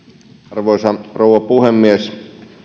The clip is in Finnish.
arvoisa rouva puhemies